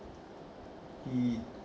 he